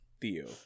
Theo